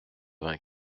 vingt